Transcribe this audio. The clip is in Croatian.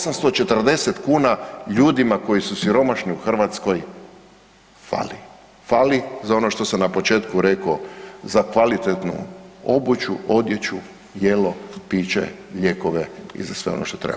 840 kuna ljudima koji su siromašni u Hrvatskoj fali, fali za ono što sam na početku rekao za kvalitetnu obuću, odjeću, jelo, piće, lijekove i za sve ono što treba.